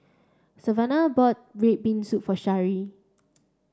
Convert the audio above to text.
Savanah bought red bean soup for Shari